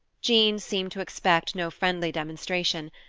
jean seemed to expect no friendly demonstration,